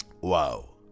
Wow